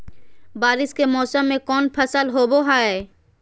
बारिस के मौसम में कौन फसल होबो हाय?